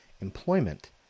employment